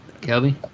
Kelby